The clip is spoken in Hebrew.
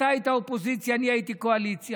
אתה היית אופוזיציה ואני הייתי קואליציה,